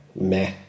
Meh